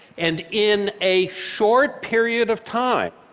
and in a short period of time,